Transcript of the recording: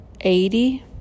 eighty